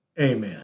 Amen